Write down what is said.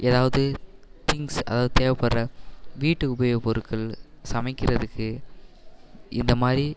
ஏதாவது திங்க்ஸ் அதாவது தேவைப்பட்ற வீட்டு உபயோக பொருட்கள் சமைக்கிறதுக்கு இந்த மாதிரி